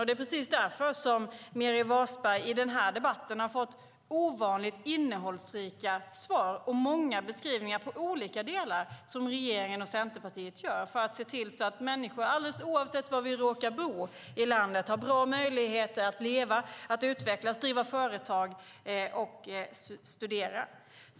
Det är precis därför som Meeri Wasberg i den här debatten har fått ovanligt innehållsrika svar och många beskrivningar på olika delar som regeringen och Centerpartiet gör så att människor, alldeles oavsett var de råkar bo i landet, har bra möjligheter att leva, utvecklas, driva företag och studera.